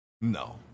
No